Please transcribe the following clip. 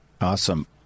Awesome